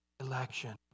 election